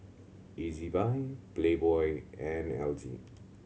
Ezbuy Playboy and L G